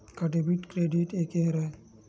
का debit credit एके हरय?